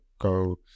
go